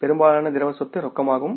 பெரும்பாலான திரவ சொத்து ரொக்கமாகும்